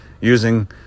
using